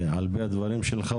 על פי הדברים שלך,